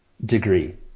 degree